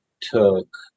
took